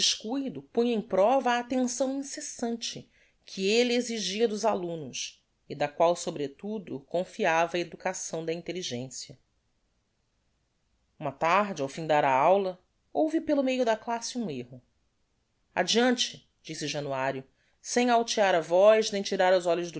descuido punha em prova a attenção incessante que elle exigia dos alumnos e da qual sobretudo confiava a educação da intelligencia uma tarde ao findar a aula houve pelo meio da classe um erro adeante disse januario sem altear a voz nem tirar os olhos